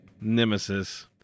nemesis